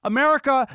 America